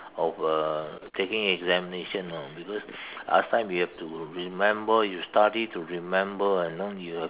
of uh taking examination you know because last time you have to remember you study to remember and learn you have